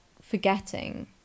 forgetting